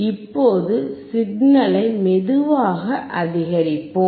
இப்போது சிக்னலை மெதுவாக அதிகரிப்போம்